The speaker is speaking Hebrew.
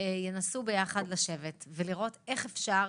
ינסו ביחד לשבת ולראות איך אפשר